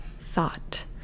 thought